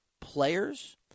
players